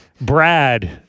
Brad